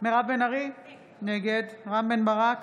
מירב בן ארי, נגד רם בן ברק,